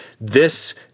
This